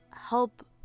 help